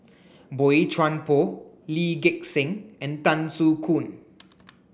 Boey Chuan Poh Lee Gek Seng and Tan Soo Khoon